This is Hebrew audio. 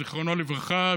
זיכרונו לברכה,